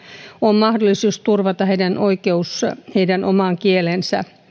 on mahdollisuus turvata heidän oikeutensa omaan kieleen